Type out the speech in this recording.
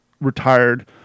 retired